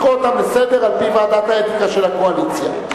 לקרוא אותם לסדר על-פי ועדת האתיקה של הקואליציה.